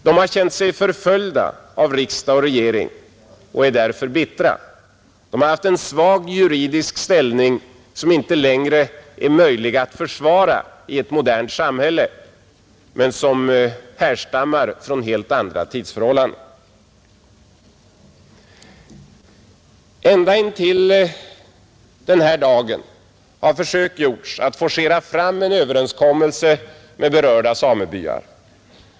De har känt sig förföljda av riksdag och regering och är därför bittra. De har haft en svag juridisk ställning som inte längre är möjlig att försvara i ett modernt samhälle men som härstammar från helt andra tidsförhållanden. Ända intill denna dag har försök gjorts att forcera fram en överenskommelse med berörda samebyar.